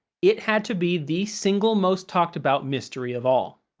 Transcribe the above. it had to be the single most talked about mystery of all.